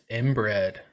inbred